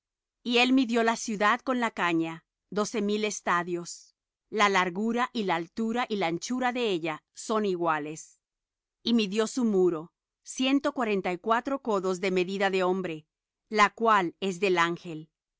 y él midió la ciudad con la caña doce mil estadios la largura y la altura y la anchura de ella son iguales y midió su muro ciento cuarenta y cuatro codos de medida de hombre la cual es del ángel